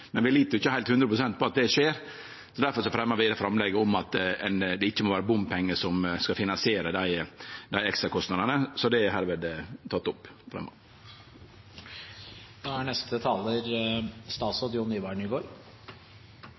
men vi lit ikkje hundre prosent på at det skjer. Difor har vi fremja framlegget om at det ikkje må vere bompengar som skal finansiere dei ekstrakostnadane. Så det forslaget er dimed teke opp. Representanten Frank Edvard Sve har tatt opp